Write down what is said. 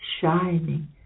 shining